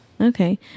okay